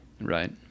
Right